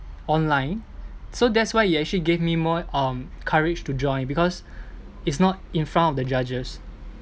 online so that's why it actually gave me more um courage to join because it's not in front of the judges